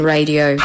Radio